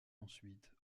ensuite